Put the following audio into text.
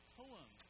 poem